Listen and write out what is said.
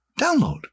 download